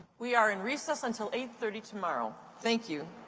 we are in recess until eight thirty tomorrow. thank you.